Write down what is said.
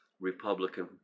Republican